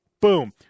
Boom